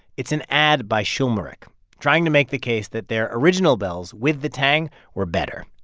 it's an ad by shulmerich trying to make the case that their original bells with the tang were better.